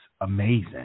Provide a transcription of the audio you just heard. amazing